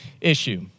issue